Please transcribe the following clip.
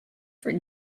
for